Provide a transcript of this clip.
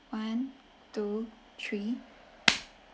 one two three